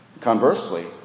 Conversely